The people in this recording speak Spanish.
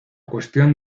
cuestión